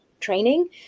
training